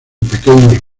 pequeños